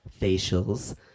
facials